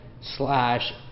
slash